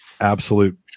absolute